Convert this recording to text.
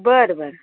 बरं बरं